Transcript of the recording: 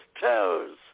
toes